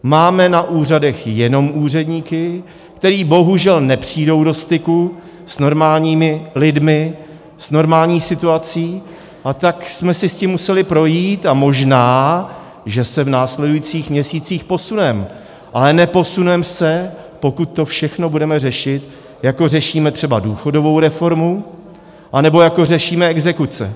Máme na úřadech jenom úředníky, kteří bohužel nepřijdou do styku s normálními lidmi, s normální situací, a tak jsme si tím museli projít, a možná že se v následujících měsících posuneme, ale neposuneme se, pokud to všechno budeme řešit, jako řešíme třeba důchodovou reformu anebo jako řešíme exekuce.